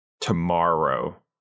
tomorrow